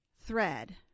thread